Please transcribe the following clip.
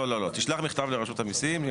לא, לא, שלח מכתב לרשות המיסים.